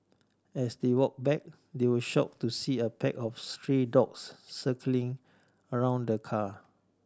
as they walked back they were shocked to see a pack of stray dogs circling around the car